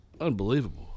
unbelievable